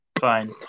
fine